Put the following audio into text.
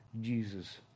Jesus